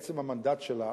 מעצם המנדט שלה,